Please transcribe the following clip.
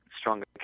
stronger